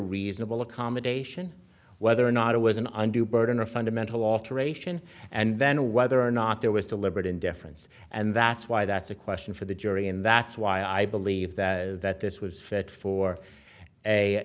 reasonable accommodation whether or not it was an undue burden or a fundamental alteration and then whether or not there was deliberate indifference and that's why that's a question for the jury and that's why i believe that that this was fit for a